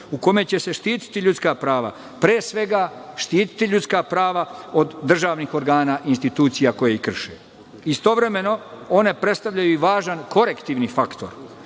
u kome će se štititi ljudska prava, pre svega štititi ljudska prava od državnih organa i institucija koje ih krše. Istovremeno, one predstavljaju i važan korektivni faktor.